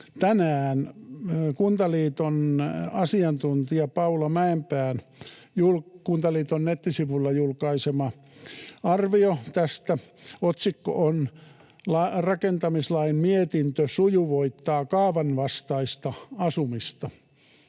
tänään Kuntaliiton asiantuntija Paula Mäenpään Kuntaliiton nettisivuilla julkaisema arvio tästä. Otsikko on: ”Rakentamislain mietintö sujuvoittaa kaavan vastaista asumista”